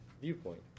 viewpoint